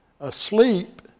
Asleep